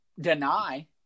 deny